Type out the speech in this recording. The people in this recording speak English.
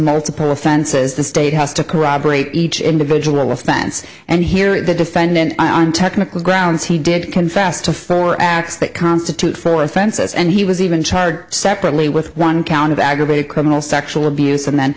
multiple offenses the state has to corroborate each individual offense and here the defendant on technical grounds he did confess to four acts that constitute four offenses and he was even charged separately with one count of aggravated criminal sexual abuse